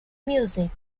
music